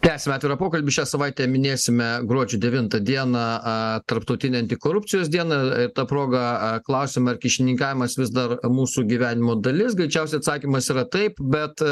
tęsiame atvirą pokalbį šią savaitę minėsime gruodžio devintą dieną aa tarptautinę antikorupcijos dieną ta proga a klausim ar kyšininkavimas vis dar mūsų gyvenimo dalis greičiausiai atsakymas yra taip bet